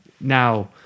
now